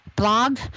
blog